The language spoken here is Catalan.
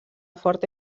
forta